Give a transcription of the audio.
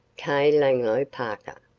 k. langloh parker,